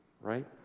right